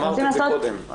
אמרת את זה קודם.